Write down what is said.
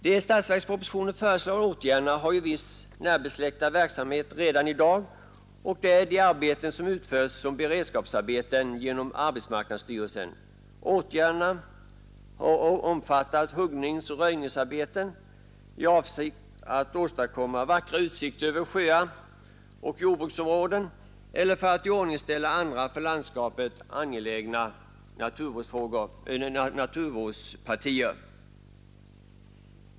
De i statsverkspropositionen föreslagna åtgärderna har ju viss närbesläktad verksamhet redan i dag och det är de arbeten som utförs som beredskapsarbeten genom arbetsmarknadsstyrelsen. Åtgärderna har omfattat huggningsoch röjningsarbeten i avsikt att åstadkomma vackra utsikter över sjöar och jordbruksområden eller för att iordningställa andra för landskapet angelägna naturpartier.